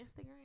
Instagram